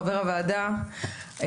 חבר הוועדה,